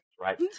right